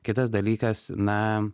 kitas dalykas na